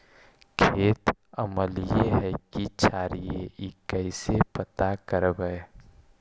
खेत अमलिए है कि क्षारिए इ कैसे पता करबै?